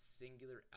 singular